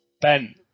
Ben